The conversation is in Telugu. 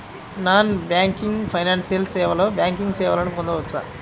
నాన్ బ్యాంకింగ్ ఫైనాన్షియల్ సేవలో బ్యాంకింగ్ సేవలను పొందవచ్చా?